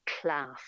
class